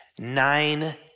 Nine